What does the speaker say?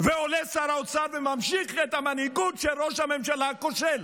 ועולה שר האוצר וממשיך את המנהיגות של ראש הממשלה הכושל.